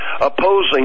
opposing